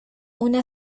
una